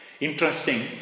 Interesting